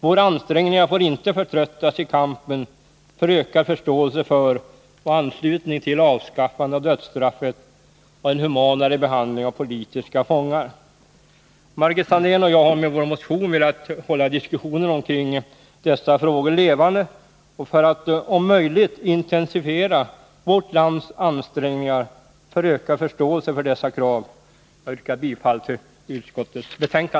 Våra ansträngningar får inte förtröttas i kampen för ökat fördömande av och anslutning till avskaffande av dödsstraffet och för en humanare behandling av politiska fångar. Margit Sandéhn och jag har med vår motion velat hålla diskussionen omkring dessa frågor levande, så att Sveriges ansträngningar för ökad förståelse för vårt lands krav skall om möjligt ytterligare intensifieras. Jag yrkar bifall till utskottets hemställan.